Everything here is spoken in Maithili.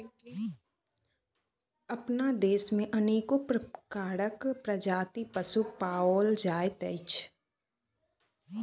अपना देश मे अनेको प्रकारक प्रजातिक पशु पाओल जाइत अछि